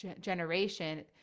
generation